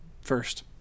first